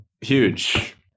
Huge